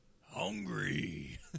Hungry